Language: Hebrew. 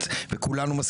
כי איך שההצעה כרגע נראית,